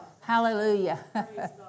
Hallelujah